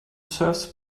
serves